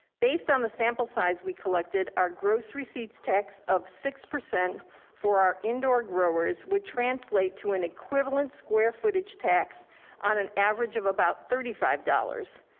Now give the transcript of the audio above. based on the sample size we collected, our gross receipts tax of six percent for our indoor growers would translate to an equivalent square footage tax on an average of about thirty five dollars.